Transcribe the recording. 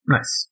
Nice